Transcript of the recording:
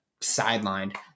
sidelined